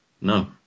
No